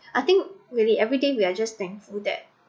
I think really everyday we're just thankful that